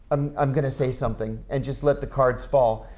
um i'm going to say something and just let the cards fall.